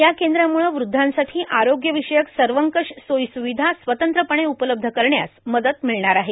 या केंद्रामुळं वृद्धांसाठी आरोग्यविषयक सर्वकष सोयीसुविधा स्वतंत्रपणे उपलब्ध करण्यास मदत होणार आहे